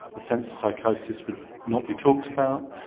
the sense of psychosis would not be talked about,